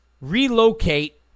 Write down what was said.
relocate